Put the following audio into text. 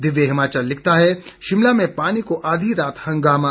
दिव्य हिमाचल लिखता है शिमला में पानी को आधी रात हंगामा